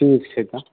ठीक छै तऽ